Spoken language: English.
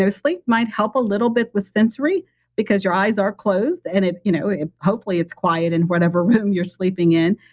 so sleep might help a little bit with sensory because your eyes are closed and you know hopefully, it's quiet in whenever room you're sleeping in.